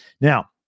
Now